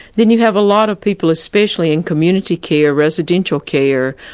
then you have a lot of people especially in community care, residential care,